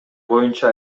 боюнча